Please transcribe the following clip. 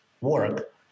work